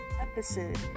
episode